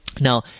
Now